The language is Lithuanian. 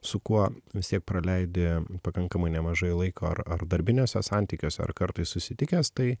su kuo vis tiek praleidi pakankamai nemažai laiko ar ar darbiniuose santykiuose ar kartais susitikęs tai